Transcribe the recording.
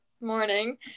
morning